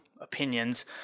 opinions